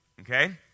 Okay